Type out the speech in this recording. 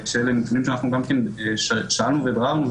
שאלה נתונים ששאלנו וביררנו,